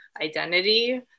identity